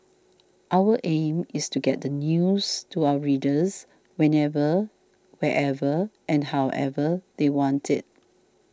our aim is to get the news to our readers whenever wherever and however they want it